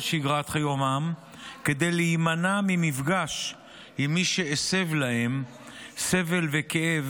שגרת יומם כדי להימנע ממפגש עם מי שהסב להם סבל וכאב,